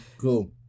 Cool